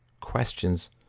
questions